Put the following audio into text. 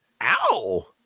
ow